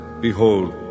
behold